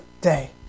day